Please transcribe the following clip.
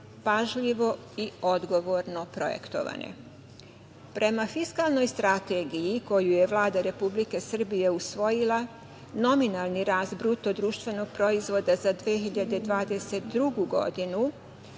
pažljivo i odgovorno projektovane? Prema fiskalnoj strategiji koju je Vlada Republike Srbije usvojila, nominalni rast BDP-a za 2022. godinu